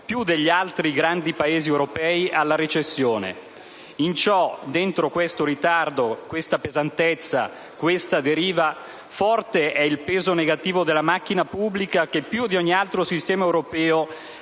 più degli altri grandi Paesi europei. In ciò, dentro questo ritardo, questa pesantezza, questa deriva, forte è il peso negativo della nostra macchina pubblica che, più di ogni altro sistema europeo,